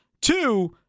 Two